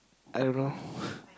I don't know